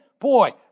boy